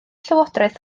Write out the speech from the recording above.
llywodraeth